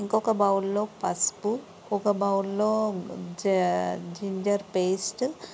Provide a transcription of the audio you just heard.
ఇంకొక బౌల్లో పసుపు ఒక బౌల్లో జ జింజర్ పేస్టు